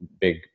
big